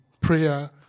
prayer